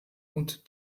und